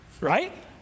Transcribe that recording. Right